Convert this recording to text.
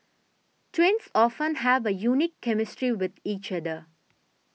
twins often have a unique chemistry with each other